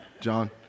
John